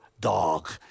dog